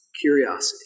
Curiosity